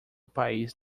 país